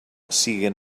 siguen